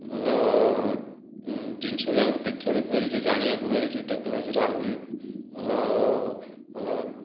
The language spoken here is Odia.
ଭଲ ଜିନିଷ ବି ଆମକୁ ଦେଖିବାକୁ ମିଳୁଛି ଜାଣିବାକୁ ମିଳୁଛି ଟେକ୍ନୋଲୋଜିର ଆହୁରି ଭଲ ଭଲ